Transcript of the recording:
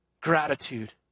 Gratitude